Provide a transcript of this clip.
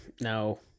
no